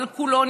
אבל כולו,